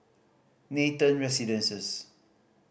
Nathan Residences